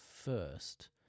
first